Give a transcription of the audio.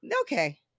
Okay